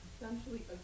essentially